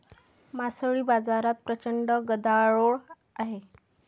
मासळी बाजारात प्रचंड गदारोळ आहे